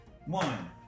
One